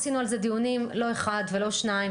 עשינו על זה דיונים לא אחד ולא שניים,